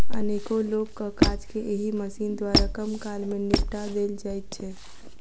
अनेको लोकक काज के एहि मशीन द्वारा कम काल मे निपटा देल जाइत छै